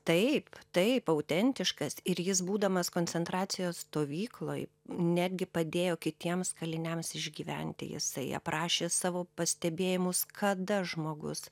taip taip autentiškas ir jis būdamas koncentracijos stovykloj netgi padėjo kitiems kaliniams išgyventi jisai aprašė savo pastebėjimus kada žmogus